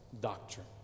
doctrine